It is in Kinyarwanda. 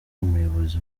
umuyobozi